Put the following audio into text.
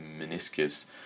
meniscus